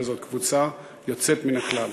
וזאת קבוצה יוצאת מן הכלל,